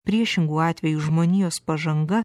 priešingu atveju žmonijos pažanga